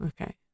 Okay